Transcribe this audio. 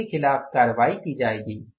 उनके खिलाफ कार्रवाई की जाएगी